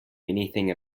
anything